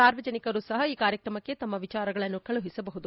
ಸಾರ್ವಜನಿಕರು ಸಹ ಈ ಕಾರ್ಯಕ್ರಮಕ್ಕೆ ತಮ್ಮ ವಿಚಾರಗಳನ್ನು ಕಳಿಸಬಹುದು